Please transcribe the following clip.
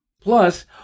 Plus